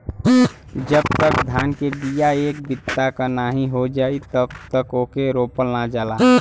जब तक धान के बिया एक बित्ता क नाहीं हो जाई तब तक ओके रोपल ना जाला